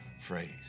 phrase